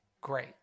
Great